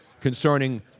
concerning